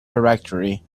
directory